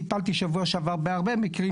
טיפלתי שבוע שעבר בהרבה מקרים,